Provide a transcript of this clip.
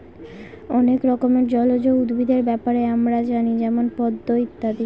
অনেক রকমের জলজ উদ্ভিদের ব্যাপারে আমরা জানি যেমন পদ্ম ইত্যাদি